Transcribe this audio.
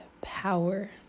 power